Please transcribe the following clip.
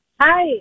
Hi